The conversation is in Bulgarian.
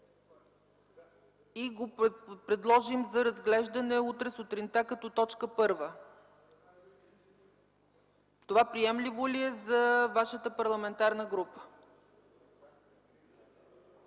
и го предложим утре сутринта като точка първа, това приемливо ли е за вашата парламентарна група?